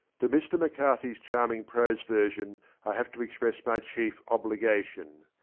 to mr, mccarthy s charming prose version i have to express my chief obligation.